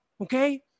Okay